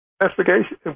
investigation